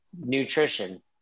nutrition